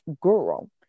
girl